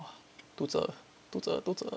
!wah! 肚子饿肚子饿肚子饿